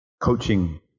coaching